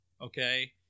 Okay